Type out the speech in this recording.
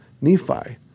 Nephi